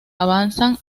avanzan